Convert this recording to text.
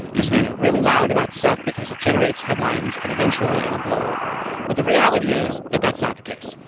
just getting really loud about stuff because it generates headlines. and eventually, it'll blow over. but the reality is that that's not the case.